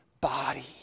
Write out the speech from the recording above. body